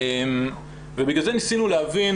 בגלל זה ניסינו להבין